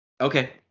Okay